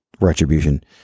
Retribution